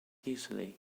easily